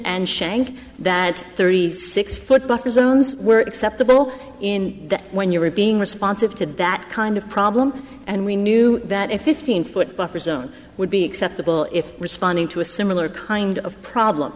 and shank that thirty six foot buffer zones were acceptable in that when you were being responsive to that kind of problem and we knew that if fifteen foot buffer zone would be acceptable if responding to a similar kind of problem